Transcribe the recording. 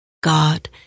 God